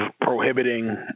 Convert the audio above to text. prohibiting